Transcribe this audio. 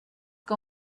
que